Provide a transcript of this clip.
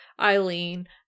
Eileen